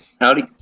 Howdy